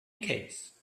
case